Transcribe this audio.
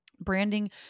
branding